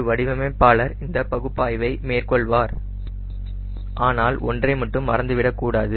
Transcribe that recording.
ஒரு வடிவமைப்பாளர் இந்த பகுப்பாய்வை மேற்கொள்வார் ஆனால் ஒன்றை மட்டும் மறந்து விடக்கூடாது